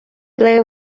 ble